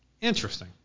Interesting